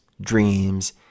dreams